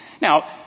Now